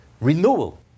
renewal